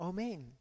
Amen